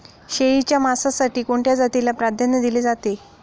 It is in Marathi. शेळीच्या मांसासाठी कोणत्या जातीला प्राधान्य दिले जाते?